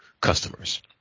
customers